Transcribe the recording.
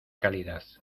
calidad